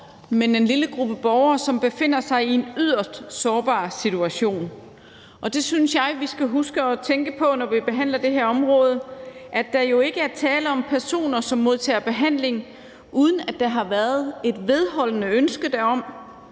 er en lille gruppe borgere, som befinder sig i en yderst sårbar situation. Og det synes jeg vi skal huske at tænke på, når vi behandler det her område, for der er jo ikke tale om personer, som modtager behandling, uden at der et vedholdende ønsker derom,